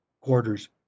quarters